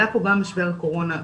עלה פה משבר הקורונה,